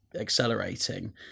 accelerating